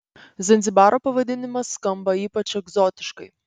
zanzibaro pavadinimas skamba ypač egzotiškai